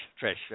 Trish